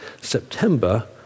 September